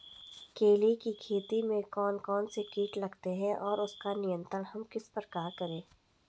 केले की खेती में कौन कौन से कीट लगते हैं और उसका नियंत्रण हम किस प्रकार करें?